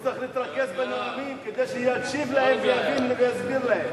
להקשיב לך כדי שידע איך לענות לך.